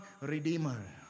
redeemer